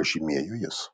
pažymėjo jis